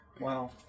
Wow